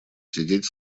сидеть